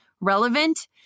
Relevant